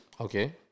Okay